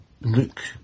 look